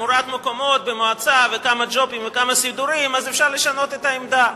תמורת מקומות במועצה וכמה ג'ובים וכמה סידורים אפשר לשנות את העמדה.